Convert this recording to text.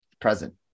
present